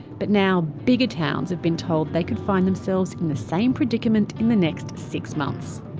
but now, bigger towns have been told they could find themselves in the same predicament in the next six months.